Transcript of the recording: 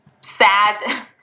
sad